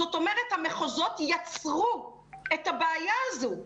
זאת אומרת המחוזות יצרו את הבעיה הזו.